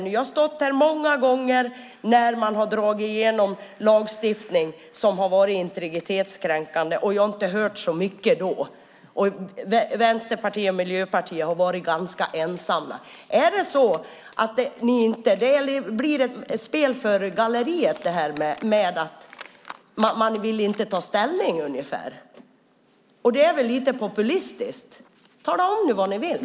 Jag har stått här många gånger när vi har diskuterat lagstiftning som varit integritetskränkande, och då har jag inte hört så mycket. Vänsterpartiet och Miljöpartiet har varit ganska ensamma. Det hela blir därför ett spel för gallerierna. Man vill så att säga inte ta ställning, vilket känns lite populistiskt. Tala nu om vad det är ni vill!